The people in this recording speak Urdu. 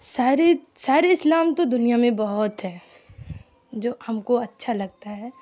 سارے سارے اسلام تو دنیا میں بہت ہے جو ہم کو اچھا لگتا ہے